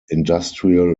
industrial